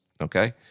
Okay